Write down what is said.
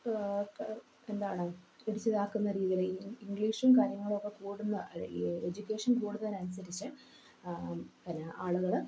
എന്താണ് പിടിച്ചിതാക്കുന്ന രീതിയിൽ ഇംഗ്ലീഷും കാര്യങ്ങളും ഒക്കെ കൂടുന്ന ഈ എഡജ്യൂക്കേഷൻ കൂടുന്നതിനനുസരിച്ച് പിന്നെ ആളുകൾ